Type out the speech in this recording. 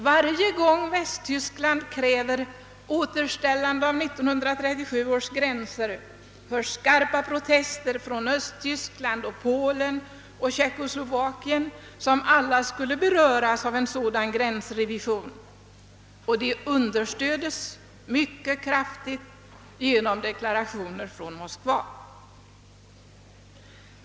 Varje gång Västtyskland kräver återställande av 1937 års gränser hörs skarpa protester från Östtyskland, Polen och Tjeckoslovakien, som alla skulle beröras av en sådan gränsrevision, och de understöds mycket kraftigt genom = deklarationer = från Moskva.